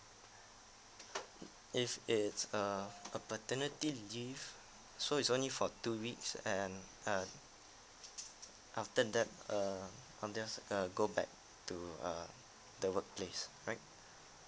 if it's a a paternity leave so is only for two weeks and uh after that err I'm just uh go back to uh the workplace right